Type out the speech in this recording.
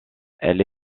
elle